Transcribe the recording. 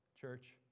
church